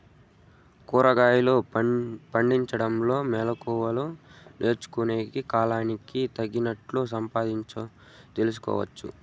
కూరగాయలు పండించడంలో మెళకువలు నేర్చుకుని, కాలానికి తగినట్లు సంపాదించు తెలుసుకోవచ్చు